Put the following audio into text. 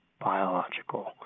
biological